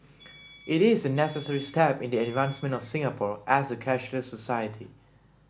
it is a necessary step in the advancement of Singapore as a cashless society